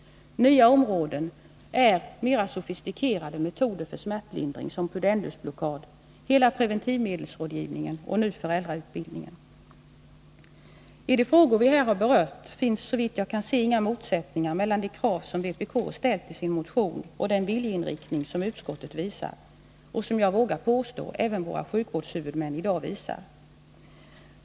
Nya områden är mer sofistikerade metoder för smärtlindring, t.ex. pudendusblockad, preventivmedelsrådgivning och nu föräldrautbildning. I de frågor vi här berört finns, såvitt jag kan se, inga motsättningar mellan de krav som vpk ställt i sin motion och den viljeinriktning som utskottet visar — och som jag vågar påstå att även våra sjukvårdshuvudmän i dag visar.